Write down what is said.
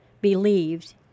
believed